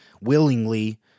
willingly